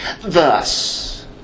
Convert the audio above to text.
Thus